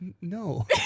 No